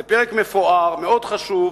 זה פרק מפואר, מאוד חשוב.